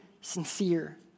sincere